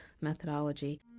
methodology